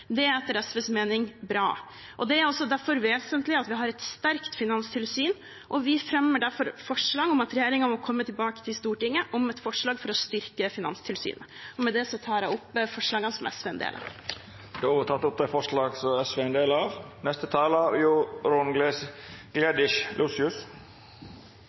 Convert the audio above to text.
Det er etter SVs mening bra. Det er også derfor vesentlig at vi har et sterkt finanstilsyn, og vi fremmer derfor forslag om at regjeringen må komme tilbake til Stortinget med et forslag for å styrke Finanstilsynet. Banker og finansinstitusjoner spiller en viktig rolle i økonomien. De tilbyr betalingstjenester, innskudd og utlån for husholdninger og bedrifter og forsikring mot reell risiko, som